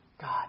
God